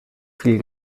viel